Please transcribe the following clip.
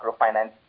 microfinance